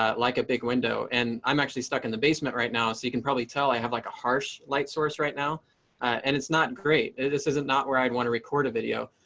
um like a big window. and i'm actually stuck in the basement right now, so you can probably tell. i have like a harsh light source right now and it's not great. this isn't not where i'd want to record a video,